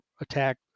attack